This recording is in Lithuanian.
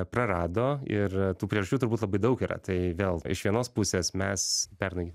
prarado ir tų priežasčių turbūt labai daug yra tai vėl iš vienos pusės mes pernai